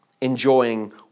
Enjoying